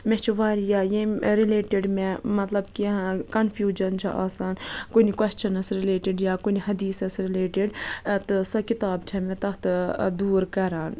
مےٚ چھِ واریاہ ییٚمہِ رِلیٹِڈ مےٚ مَطلَب کینٛہہ کَنفیوجَن چھُ آسان کُنہِ کوسچنَس رِلیٹِڈ یا کُنہِ حدیثَس رِلیٹِڈ تہٕ سۄ کِتاب چھَ مےٚ تَتھ دوٗر کَران